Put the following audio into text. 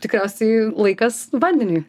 tikriausiai laikas vandeniui